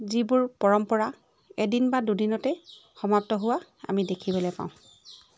যিবোৰ পৰম্পৰা এদিন বা দুদিনতে সমাপ্ত হোৱা আমি দেখিবলৈ পাওঁ